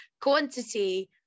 quantity